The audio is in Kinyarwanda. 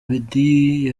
abedy